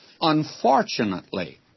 Unfortunately